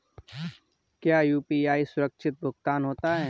क्या यू.पी.आई सुरक्षित भुगतान होता है?